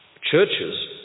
churches